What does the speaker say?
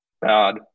Bad